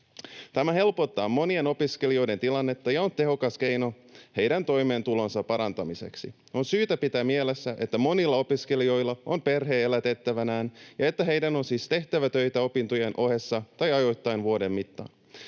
Tämä helpottaa monien opiskelijoiden tilannetta ja on tehokas keino heidän toimeentulonsa parantamiseksi. On syytä pitää mielessä, että monilla opiskelijoilla on perhe elätettävänään ja että heidän on siis tehtävä töitä opintojen ohessa tai ajoittain vuoden mittaan.